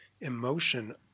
emotion